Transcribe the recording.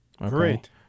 Great